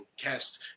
cast